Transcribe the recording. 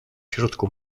środku